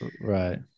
right